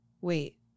wait